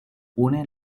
une